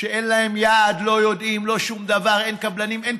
שאין להם יעד, לא יודעים, לא שום דבר, אין כלום,